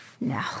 No